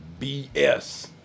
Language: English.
BS